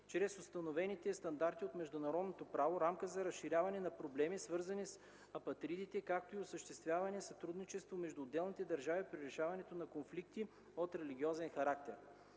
чрез установените стандарти от международното право рамка за разрешаване на проблеми, свързани с апатридите, както и осъществяване сътрудничество между отделните държави при решаването на конфликти от религиозен характер.